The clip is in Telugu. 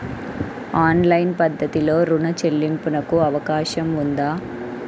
ఆన్లైన్ పద్ధతిలో రుణ చెల్లింపునకు అవకాశం ఉందా?